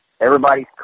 everybody's